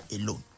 alone